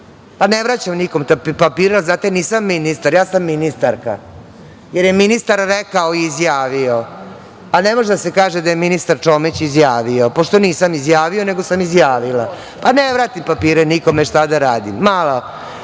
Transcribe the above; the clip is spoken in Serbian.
pa ne vraćam nikome papire. Znate, nisam ministar, ja sam ministarka, jer je ministar rekao i izjavio, a ne može da se kaže da je ministar Čomić izjavio, pošto nisam „izjavio“, nego sam „izjavila“, pa ne vratim papire nikome, šta da radim? Malo